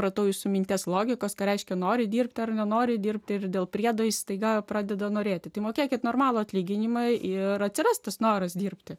radau jūsų minties logikos ką reiškia nori dirbti ar nenori dirbti ir dėl priedo jis staiga pradeda norėti mokėkit normalų atlyginimą ir atsiras tas noras dirbti